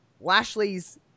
Lashley's